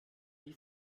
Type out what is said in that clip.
die